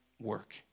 work